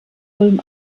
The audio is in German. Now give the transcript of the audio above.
ulm